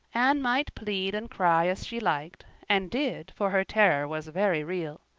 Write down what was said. anne might plead and cry as she liked and did, for her terror was very real.